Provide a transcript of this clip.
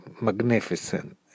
magnificent